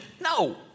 no